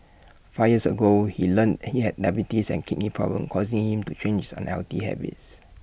five years ago he learnt he had diabetes and kidney problems causing him to change his unhealthy habits